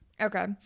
Okay